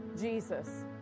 Jesus